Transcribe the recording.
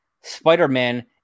Spider-Man